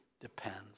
depends